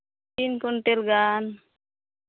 ᱛᱤᱱ ᱠᱩᱭᱱᱴᱮᱹᱞ ᱜᱟᱱ